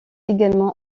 également